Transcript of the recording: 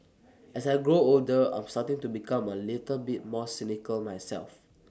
as I grow older I'm starting to become A little bit more cynical myself